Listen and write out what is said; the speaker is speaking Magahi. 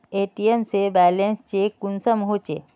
ए.टी.एम से बैलेंस चेक कुंसम होचे?